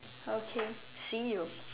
okay see you